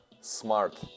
smart